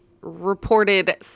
Reported